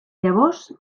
llavors